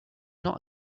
not